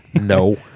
No